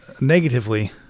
negatively